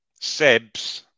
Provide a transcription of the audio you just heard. sebs